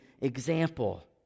example